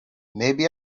maybe